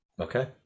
Okay